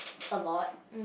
a lot